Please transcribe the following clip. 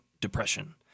depression